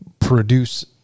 produce